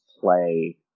play